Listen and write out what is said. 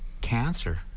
cancer